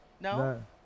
No